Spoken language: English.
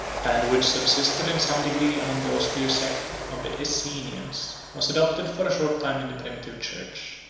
and which subsisted in some degree among the austere sect of the essenians, was adopted for a short time in the primitive church.